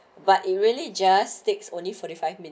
but it really just sticks only forty five